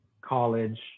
college